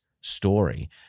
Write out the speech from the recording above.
story